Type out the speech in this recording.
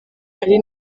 ari